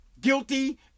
guilty